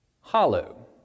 hollow